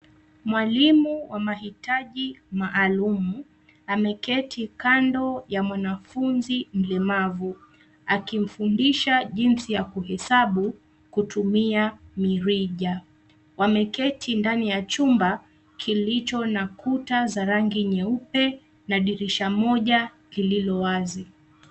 Mwalimu wa mahitaji maalum ameketi kando ya mwanafunzi mlemavu akimfundisha jinsi ya kuhesabu kutumia mirija. Wameketi ndani ya chumba kilicho na kuta za rangi nyeupe na dirisha moja lililo wazi.